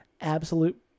Absolute